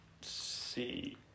See